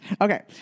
Okay